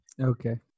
Okay